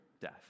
death